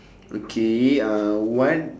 okay uh what